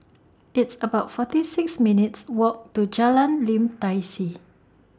It's about forty six minutes' Walk to Jalan Lim Tai See